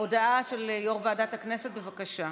להודעה של יו"ר ועדת הכנסת, בבקשה.